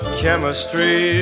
chemistry